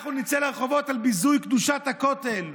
אנחנו נצא לרחובות על ביזוי קדושת הכותל,